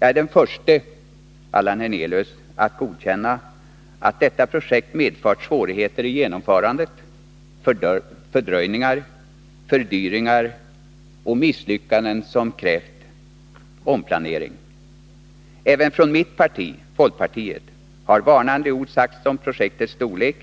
Jag är den förste, Allan Hernelius, att erkänna att detta projekt medfört svårigheter i genomförandet: fördröjningar, fördyringar och misslyckanden som krävt omplanering. Även från mitt parti, folkpartiet, har varnande ord sagts om projektets storlek,